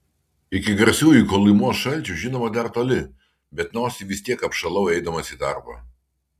iki garsiųjų kolymos šalčių žinoma dar toli bet nosį vis tiek apšalau eidamas į darbą